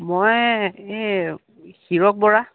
মই এই হীৰক বৰা